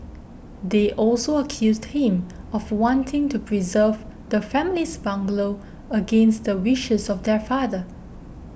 they also accused him of wanting to preserve the family's bungalow against the wishes of their father